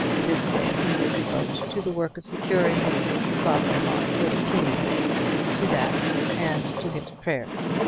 this day he would devote to the work of securing his future father-in-law's good opinion to that and to his prayers.